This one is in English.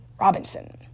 Robinson